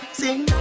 sing